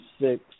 six